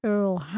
Earl